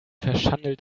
verschandelt